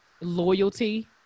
loyalty